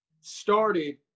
started